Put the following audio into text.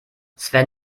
sven